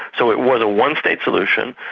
so it was a one-state solution,